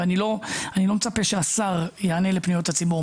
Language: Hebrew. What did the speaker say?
ואני לא מצפה שהשר יענה לפניות הציבור.